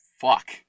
fuck